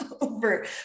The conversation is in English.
over